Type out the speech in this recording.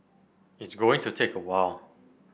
it's going to take a while